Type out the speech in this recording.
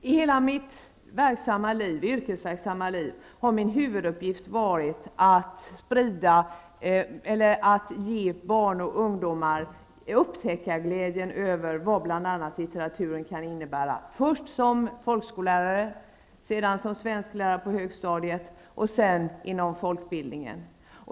I hela mitt yrkesverksamma liv har min huvuduppgift varit att bereda barn och ungdomar glädje att upptäcka vad litteraturen kan ge. Detta har jag gjort först som folkskollärare, sedan som svensklärare på högstadiet och slutligen genom att arbeta inom folkbildningen.